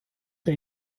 der